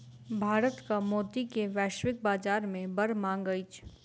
भारतक मोती के वैश्विक बाजार में बड़ मांग अछि